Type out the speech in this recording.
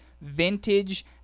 vintage